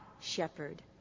shepherd